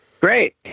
Great